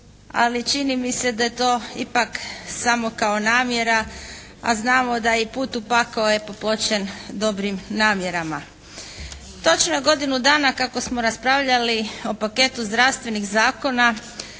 ali čini mi se da je to ipak samo kao namjera, a znamo da i put u pakao je popločen dobrim namjerama. Točno godinu dana kako smo raspravljali o paketu zdravstvenih zakona